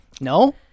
no